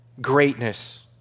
greatness